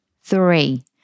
Three